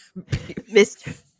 Mr